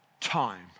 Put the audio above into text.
time